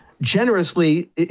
Generously